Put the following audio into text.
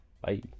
Bye